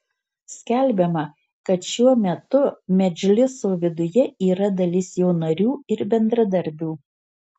skelbiama kad šiuo metu medžliso viduje yra dalis jo narių ir bendradarbių